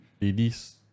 ladies